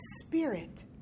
spirit